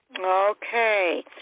Okay